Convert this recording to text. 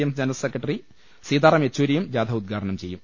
M general secretary Sitaram യെച്ചൂരിയും ജാഥ ഉദ്ഘാടനം ചെയ്യും